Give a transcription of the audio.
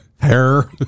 hair